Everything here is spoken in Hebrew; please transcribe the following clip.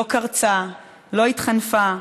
לא קרצה, לא התחנפה,